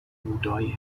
بودایی